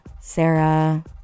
sarah